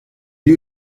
you